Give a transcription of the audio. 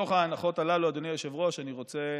מתוך ההנחות הללו, אדוני היושב-ראש, אני רוצה